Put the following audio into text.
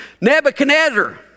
Nebuchadnezzar